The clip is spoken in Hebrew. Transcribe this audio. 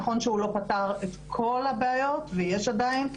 נכון שהוא לא פתר את כל הבעיות ויש עדיין,